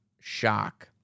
shock